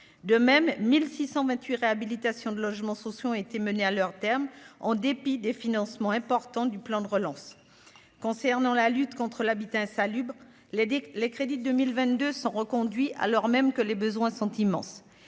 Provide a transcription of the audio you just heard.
De même, 1 628 réhabilitations de logements sociaux ont été menées à leur terme, en dépit des financements importants du plan de relance. Concernant la lutte contre l'habitat insalubre, les crédits de 2022 sont reconduits, alors même que les besoins sont immenses.